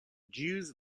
jews